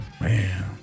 Man